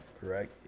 correct